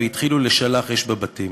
והתחילו לשלח אש בבתים.